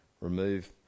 Remove